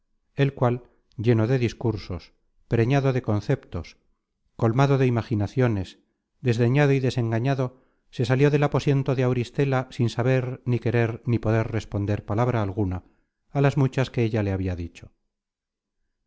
el cual lleno de discursos preñado de conceptos colmado de imaginaciones desdeñado y desengañado se salió del aposento de auristela sin saber ni querer ni poder responder palabra alguna á las muchas que ella le habia dicho